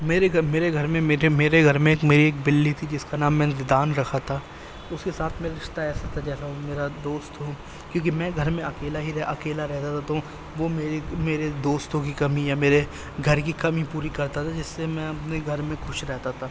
میرے گھ میرے گھر میں میٹھے میرے گھر میں ایک میری ایک بلّی تھی جس كا نام میں نے زیدان رکھا تھا اس کے ساتھ میں رشتہ ایسا تھا جیسا وہ میرا دوست ہو کیونکہ میں گھر میں اکیلا ہی اکیلا رہتا تھا تو وہ میری میرے دوستوں کی کمی یا میرے گھر کی کمی پوری کرتا تھا جس سے میں اپنے گھر میں خوش رہتا تھا